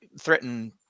threaten